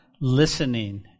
listening